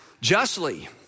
justly